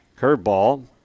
Curveball